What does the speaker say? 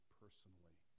personally